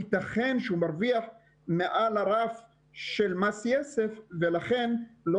ייתכן שהוא מרוויח מעל הרף של מס יסף ולכן לא